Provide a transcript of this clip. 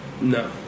No